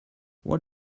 what